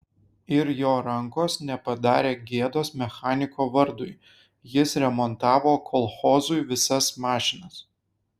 ir jo rankos nepadarė gėdos mechaniko vardui jis remontavo kolchozui visas mašinas